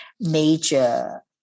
major